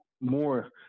more